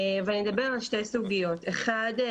ואני אדבר על שתי סוגיות: אחד,